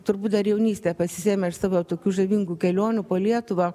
turbūt dar jaunystė pasisėmė iš savo tokių žavingų kelionių po lietuvą